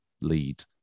lead